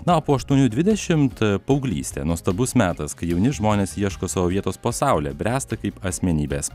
na o po aštuonių dvidešimt paauglystė nuostabus metas kai jauni žmonės ieško savo vietos po saule bręsta kaip asmenybės